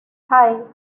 hey